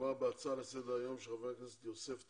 מובא בהצעה לסדר היום של חבר הכנסת יוסף טייב.